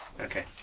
Okay